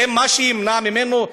זה מה שימנע ממנו?